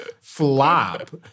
Flop